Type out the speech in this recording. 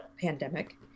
pandemic